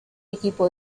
equipo